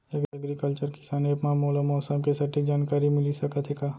Agriculture किसान app मा मोला मौसम के सटीक जानकारी मिलिस सकत हे का?